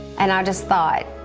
and i just thought,